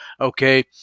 Okay